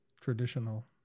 traditional